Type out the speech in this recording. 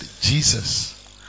Jesus